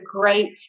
great